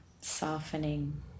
softening